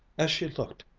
as she looked,